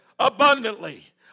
Abundantly